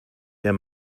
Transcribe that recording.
der